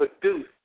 produce